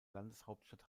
landeshauptstadt